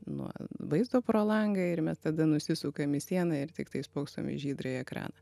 nuo vaizdo pro langą ir mes tada nusisukam į sieną ir tiktai spoksom į žydrąjį ekraną